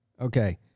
Okay